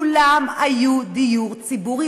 כולם היו דיור ציבורי.